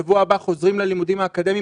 שבוע הבא חוזרים ללימודים האקדמיים,